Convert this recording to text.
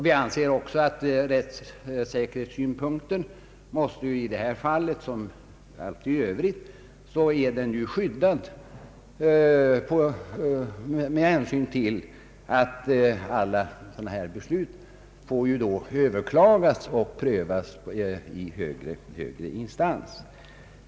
Vi anser också att rättssäkerheten i detta fall liksom alltid annars är tryggad med hänsyn till att alla sådana beslut får överklagas och prövas i högre instans.